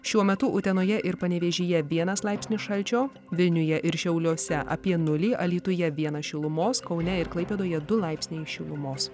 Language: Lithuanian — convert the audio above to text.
šiuo metu utenoje ir panevėžyje vienas laipsnių šalčio vilniuje ir šiauliuose apie nulį alytuje vienas šilumos kaune ir klaipėdoje du laipsniai šilumos